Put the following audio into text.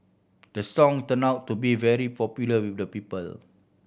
the song turn out to be very popular with the people